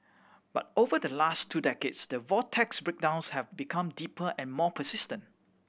but over the last two decades the vortex's breakdowns have become deeper and more persistent